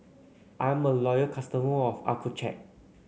I'm a loyal customer of Accucheck